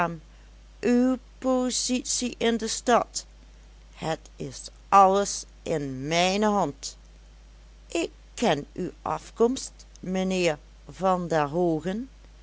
uw positie in de stad het is alles in mijne hand ik ken uw afkomst mijnheer van der hoogen